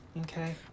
Okay